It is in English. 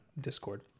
Discord